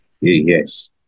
yes